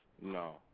No